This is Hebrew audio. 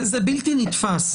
זה בלתי נתפס.